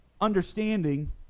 understanding